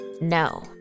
No